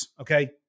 Okay